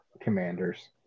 commanders